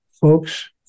folks